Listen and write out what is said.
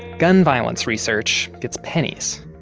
gun violence research gets pennies,